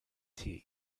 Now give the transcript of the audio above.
tea